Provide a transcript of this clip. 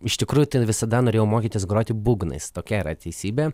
iš tikrųjų visada norėjau mokytis groti būgnais tokia yra teisybė